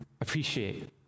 appreciate